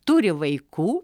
turi vaikų